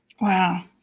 Wow